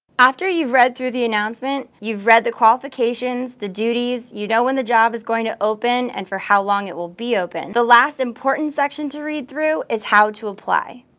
after you've read through the announcement, you've read the qualifications, the duties, you know when the job is going to open and for how long it will be open. the last, important section to read through is how to apply.